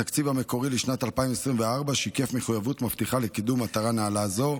התקציב המקורי לשנת 2024 שיקף מחויבות מבטיחה לקידום מטרה נעלה זו.